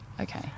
Okay